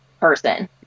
person